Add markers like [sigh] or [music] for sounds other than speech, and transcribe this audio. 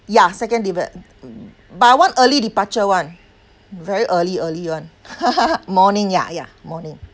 ya second depar~ but I want early departure [one] very early early [one] [laughs] morning ya ya morning